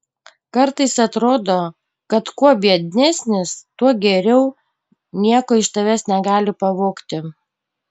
kartais atrodo kad kuo biednesnis tuo geriau nieko iš tavęs negali pavogti